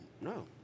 No